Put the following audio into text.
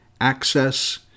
access